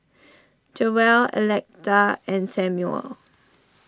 Jewell Electa and Samuel